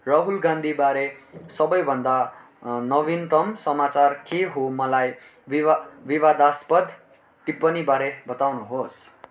राहुल गान्धीबारे सबैभन्दा नवीन्तम समाचार के हो मलाई विवादास्पद टिप्पणीबारे बताउनुहोस्